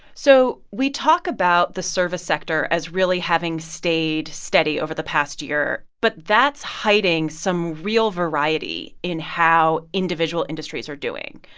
so we talk about the service sector as really having stayed steady over the past year, but that's hiding some real variety in how individual industries are doing.